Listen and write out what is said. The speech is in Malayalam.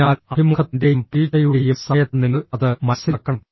അതിനാൽ അഭിമുഖത്തിന്റെയും പരീക്ഷയുടെയും സമയത്ത് നിങ്ങൾ അത് മനസ്സിലാക്കണം